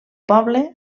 poble